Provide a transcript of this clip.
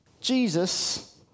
Jesus